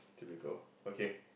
typical okay